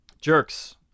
Jerks